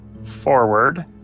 forward